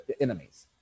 enemies